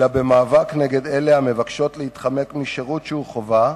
אלא במאבק נגד אלה המבקשות להתחמק משירות שהוא חובה,